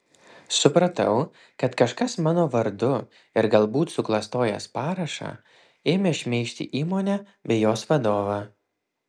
supratau kad kažkas mano vardu ir galbūt suklastojęs parašą ėmė šmeižti įmonę bei jos vadovą